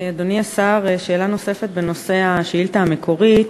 אדוני השר, שאלה נוספת בנושא השאילתה המקורית.